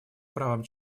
правам